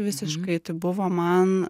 visiškai tai buvo man